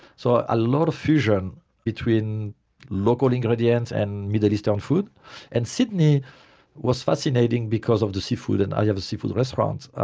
so ah a lot of fusion between local ingredients and middle eastern food and sydney was fascinating because of the seafood. and i have a seafood restaurant.